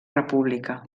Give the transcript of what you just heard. república